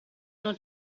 non